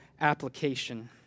application